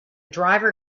driver